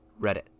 Reddit